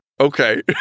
Okay